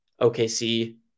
OKC